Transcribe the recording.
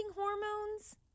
hormones